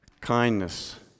kindness